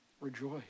Rejoice